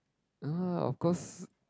ah of course